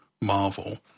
Marvel